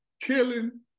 killing